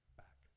back